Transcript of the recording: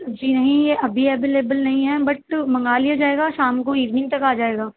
جی نہیں یہ ابھی اویلیبل نہیں ہے بٹ منگا لیا جائے گا شام کو ایوننگ تک آ جائے گا